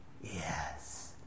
Yes